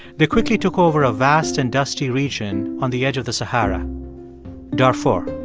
they quickly took over a vast and dusty region on the edge of the sahara darfur.